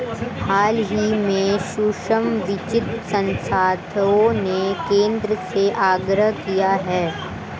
हाल ही में सूक्ष्म वित्त संस्थाओं ने केंद्र से आग्रह किया है